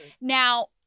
Now